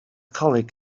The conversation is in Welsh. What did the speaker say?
coleg